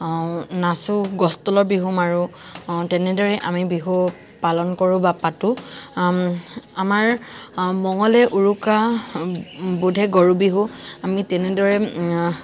নাচো গছ তলৰ বিহু মাৰো তেনেদৰে আমি বিহু পালন কৰো বা পাতো আমাৰ মঙলে উৰুকা বুধে গৰু বিহু আমি তেনেদৰে